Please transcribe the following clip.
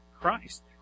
Christ